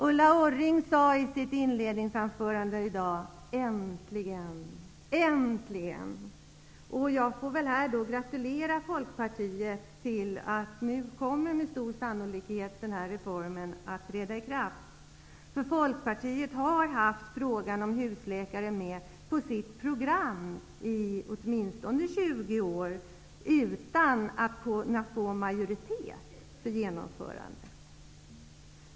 Ulla Orring sade i sitt inledningsanförande i dag: Äntligen, äntligen! Jag får väl då gratulera Folkpartiet till att den här reformen nu med stor sannolikhet kommer att träda i kraft, för Folkpartiet har haft frågan om husläkare med på sitt program i åtminstone 20 år utan att få majoritet för genomförandet.